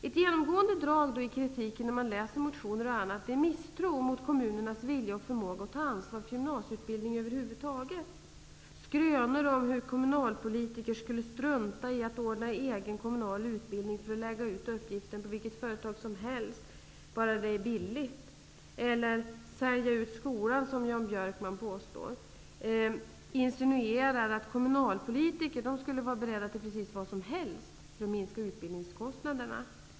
Ett genomgående drag i kritiken i motioner och på andra håll är misstro mot kommunernas vilja och förmåga att ta ansvar för gymnasieutbildning över huvud taget. Skrönor om hur kommunalpolitiker skulle strunta i att anordna egen utbildning för att i stället lägga ut uppgiften på vilket företag som helst bara det är billigt eller sälja ut skolan som Jan Björkman påstår insinuerar att kommunalpolitiker skulle vara beredda till precis vad som helst för att minska utbildningskostnaderna.